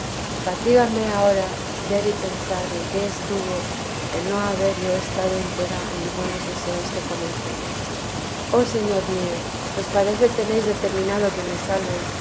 fatígame ahora ver y pensar en qué estuvo el no haber yo estado entera en los buenos deseos que comencé oh señor mío pues parece tenéis determinado que me salve